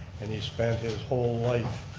and he spent his whole life